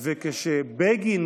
וכשבגין,